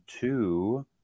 two